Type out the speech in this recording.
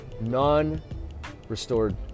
non-restored